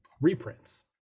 reprints